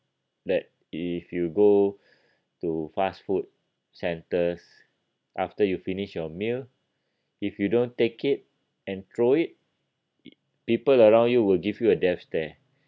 that if you go to fast food centres after you finish your meal if you don't take it and throw it it people around you will give you a death stare